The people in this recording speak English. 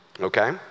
okay